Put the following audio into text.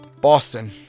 Boston